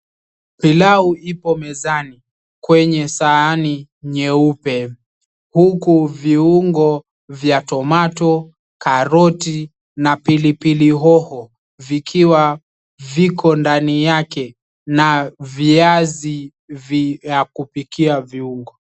Pilau ipo mezani kwenye sahani nyeupe, huku viungo vya tomato, karoti na pilipili hoho vikiwa viko ndani yake na viazi vya kupikia viungo.